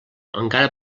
encara